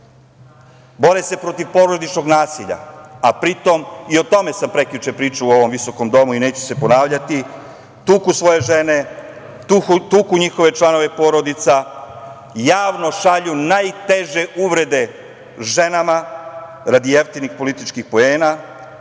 bore se protiv porodičnog nasilja, a pritom i o tome sam prekjuče pričao u ovom visokom domu i neću se ponavljati, tuku svoje žene, tuku njihove članove porodica, javno šalju najteže uvrede ženama radi jeftinih političkih poena,